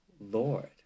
Lord